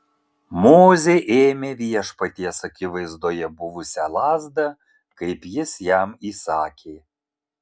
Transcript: mozė ėmė viešpaties akivaizdoje buvusią lazdą kaip jis jam įsakė